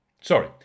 Sorry